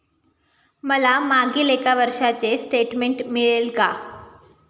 मला मागील एक वर्षाचे स्टेटमेंट मिळेल का?